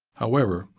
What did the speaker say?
however,